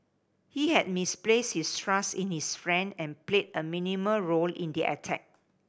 he had misplaced his trust in his friend and played a minimal role in the attack